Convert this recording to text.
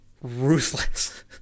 ruthless